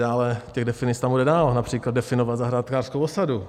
Dále těch definic tam bude víc, například definovat zahrádkářskou osadu.